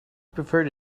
preferred